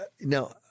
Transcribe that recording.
Now